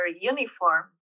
uniform